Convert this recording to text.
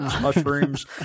mushrooms